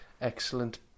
Excellent